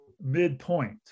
midpoint